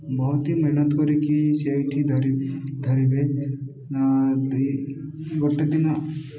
ବହୁତି ମେହନତ କରିକି ସେଇଠି ଧରି ଧରିବେ ଦୁଇ ଗୋଟେ ଦିନ